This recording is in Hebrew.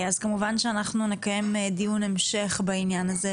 אז כמובן שאנחנו נקיים דיון המשך בעניין הזה,